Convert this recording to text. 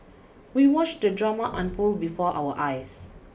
we watched the drama unfold before our eyes